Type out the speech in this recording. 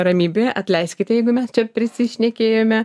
ramybėje atleiskite jeigu mes čia prisišnekėjome